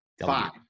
five